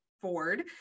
Ford